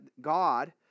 God